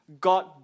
God